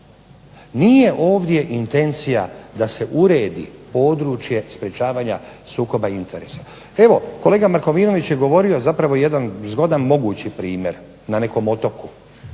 Nije ovdje intencija da se uredi područje sprječavanja sukoba interesa. Evo kolega Markovinović je govorio zapravo jedan zgodan mogući primjer, na nekom otoku.